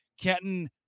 Kenton